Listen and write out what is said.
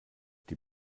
die